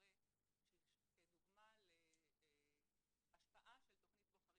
מורה כדוגמא להשפעה של תוכנית "בוחרים